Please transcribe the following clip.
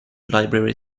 library